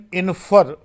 infer